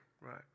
Right